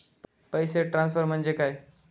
पैसे ट्रान्सफर म्हणजे काय?